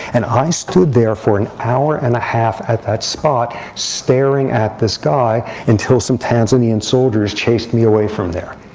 and i stood there for an hour and a half at that spot staring at this guy until some tanzanian soldiers chased me away from there.